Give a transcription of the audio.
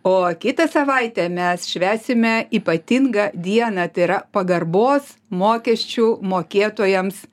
o kitą savaitę mes švęsime ypatingą dieną tai yra pagarbos mokesčių mokėtojams